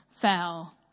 fell